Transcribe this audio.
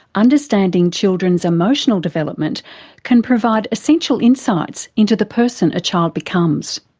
understanding children's emotional development can provide essential insights into the person a child becomes.